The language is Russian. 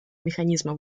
механизма